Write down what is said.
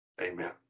amen